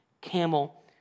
camel